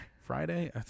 Friday